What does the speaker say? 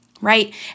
right